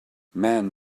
man